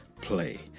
play